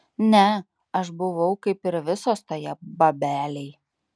ne aš buvau kaip ir visos toje babelėj